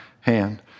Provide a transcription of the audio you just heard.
hand